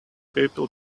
people